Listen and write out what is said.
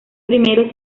primeros